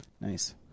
Nice